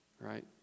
Right